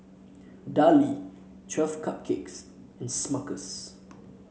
Darlie Twelve Cupcakes and Smuckers